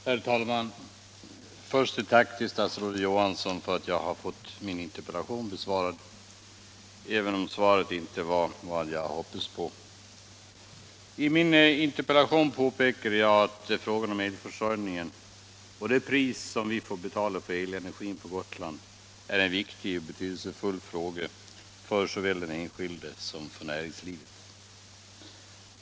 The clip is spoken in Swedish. Herr talman! Först ett tack till statsrådet Johansson för att jag har fått min interpellation besvarad — även om svaret inte var vad jag hade hoppats på. I min interpellation påpekade jag att frågan om elförsörjningen och det pris vi får betala för vår elenergi på Gotland är en viktig och betydelsefull fråga såväl för den enskilde som för näringslivet.